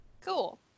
Cool